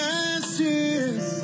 ashes